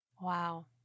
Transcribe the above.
Wow